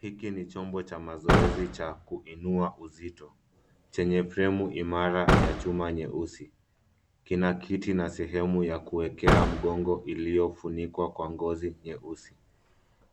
Hiki ni chombo cha mazoezi cha kuinua uzito chenye fremu imara ya chuma nyeusi. Kina kiti na sehemu ya kuwekea mgongo iliyofunikwa kwa ngozi nyeusi.